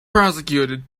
prosecuted